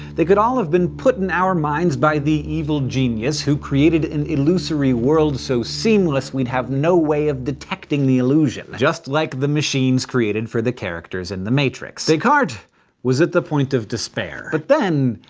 they could all have been put in our minds by the evil genius, who created an illusory world so seamless, we'd have no way of detecting the illusion. just like the machines created for the characters in the matrix. descartes was at the point of despair. but then.